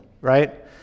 right